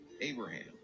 Abraham